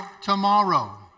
tomorrow